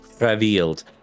Revealed